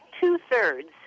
two-thirds